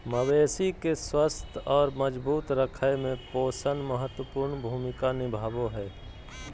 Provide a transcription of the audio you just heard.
मवेशी के स्वस्थ और मजबूत रखय में पोषण महत्वपूर्ण भूमिका निभाबो हइ